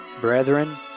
Brethren